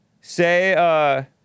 say